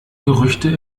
gerüchte